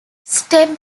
step